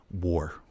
war